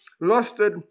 lusted